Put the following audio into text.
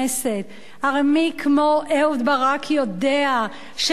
הרי מי כמו אהוד ברק יודע שצה"ל לא